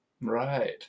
Right